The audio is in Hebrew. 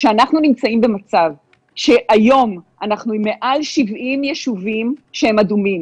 כשאנחנו נמצאים במצב שהיום אנחנו מעל 70 יישובים שהם אדומים,